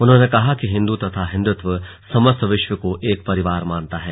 उन्होंने कहा कि हिन्दू तथा हिन्दुत्व समस्त विश्व को एक परिवार मानता है